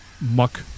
muck